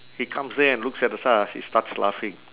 he comes there and looks at us he starts laughing